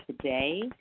today